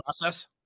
process